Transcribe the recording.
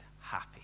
happy